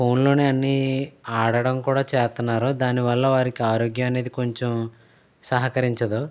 phone లోనే అన్ని ఆడడం కూడా చేస్తున్నారు దాని వల్ల వారికి ఆరోగ్యం అనేది కొంచెం సహకరించదు